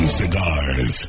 cigars